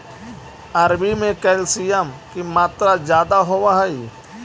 अरबी में कैल्शियम की मात्रा ज्यादा होवअ हई